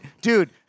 dude